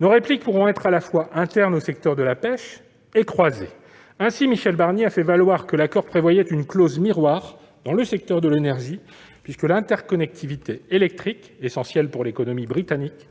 Nos répliques pourront être à la fois internes au secteur de la pêche et croisées : ainsi, Michel Barnier a fait valoir que l'accord prévoyait une clause miroir dans le secteur de l'énergie, puisque l'interconnectivité électrique- essentielle pour l'économie britannique